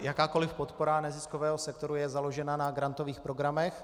Jakákoliv podpora neziskového sektoru je založena na grantových programech.